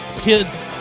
kids